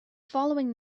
following